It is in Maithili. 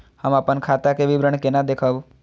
हम अपन खाता के विवरण केना देखब?